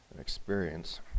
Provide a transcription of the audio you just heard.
experience